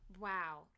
wow